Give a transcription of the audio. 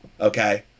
Okay